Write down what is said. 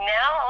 Now